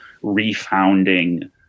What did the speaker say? re-founding